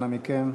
אנא מכם.